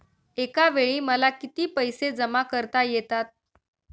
एकावेळी मला किती पैसे जमा करता येतात?